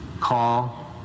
call